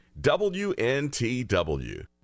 WNTW